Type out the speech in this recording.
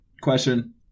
Question